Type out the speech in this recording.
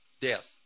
death